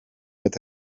met